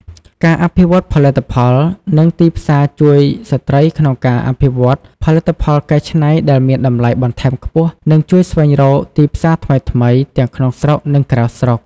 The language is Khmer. ការអភិវឌ្ឍផលិតផល និងទីផ្សារជួយស្ត្រីក្នុងការអភិវឌ្ឍផលិតផលកែច្នៃដែលមានតម្លៃបន្ថែមខ្ពស់ និងជួយស្វែងរកទីផ្សារថ្មីៗ ទាំងក្នុងស្រុក និងក្រៅស្រុក។